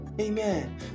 Amen